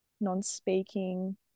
non-speaking